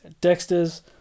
dexter's